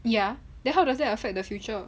ya then how does that affect the future